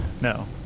No